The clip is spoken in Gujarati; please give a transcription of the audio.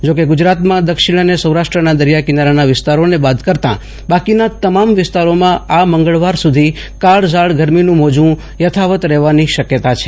જો કે ગુજરાતમાં દક્ષિણ અને સૌરાષ્ટ્રના દરિયા કિનારાના વિસ્તારોને બાદ કરતાં બાકીના તમામ વિસ્તારોમાં આ મંગળવાર સુધી કાળઝાળ ગરમીનું મોજું યથાવત રહેવાની શક્યતા છે